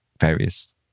various